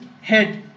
head